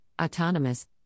autonomous